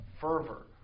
fervor